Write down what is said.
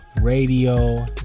radio